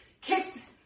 kicked